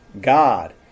God